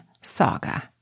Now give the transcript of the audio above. Saga